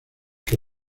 que